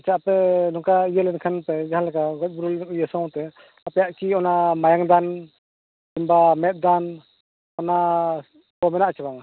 ᱟᱪᱪᱷᱟ ᱟᱯᱮ ᱱᱚᱝᱠᱟ ᱤᱭᱟᱹ ᱞᱮᱱᱠᱷᱟᱱ ᱡᱟᱦᱟᱸ ᱞᱮᱠᱟ ᱜᱚᱡ ᱜᱩᱨᱩ ᱤᱭᱟᱹ ᱥᱟᱶᱛᱮ ᱟᱯᱮᱭᱟᱜ ᱠᱤ ᱚᱱᱟ ᱢᱟᱭᱟᱝ ᱫᱟᱱ ᱠᱤᱝᱵᱟ ᱢᱮᱫ ᱫᱟᱱ ᱚᱱᱟ ᱠᱚ ᱢᱮᱱᱟᱜᱟ ᱥᱮ ᱵᱟᱝᱼᱟ